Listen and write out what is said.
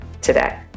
today